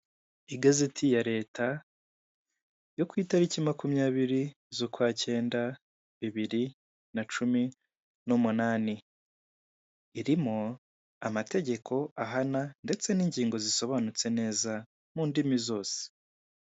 Igazeti ya leta yo ku itariki makumyabiri z'ukwacyenda bibiri na cumi n'umunani, irimo amategeko ahana ndetse n'ingingo zisobanutse neza mu ndimi zose.